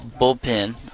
bullpen